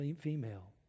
female